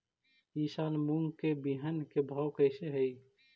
ई साल मूंग के बिहन के भाव कैसे हई?